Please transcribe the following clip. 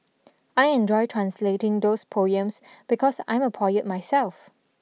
I enjoyed translating those poems because I'm a poet myself